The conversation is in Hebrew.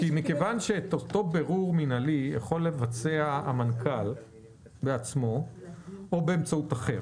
אותו בירור מינהלי יכול לבצע המנכ"ל בעצמו או באמצעות אחר.